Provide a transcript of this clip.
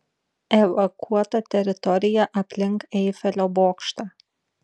evakuota teritorija aplink eifelio bokštą